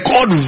God